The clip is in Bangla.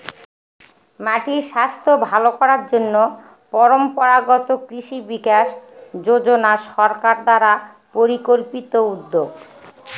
মাটির স্বাস্থ্য ভালো করার জন্য পরম্পরাগত কৃষি বিকাশ যোজনা সরকার দ্বারা পরিকল্পিত উদ্যোগ